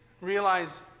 realize